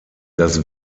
das